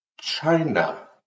China